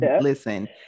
listen